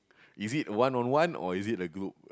is it one on one or is it a group